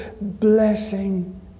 blessing